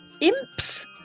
imps